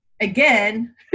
again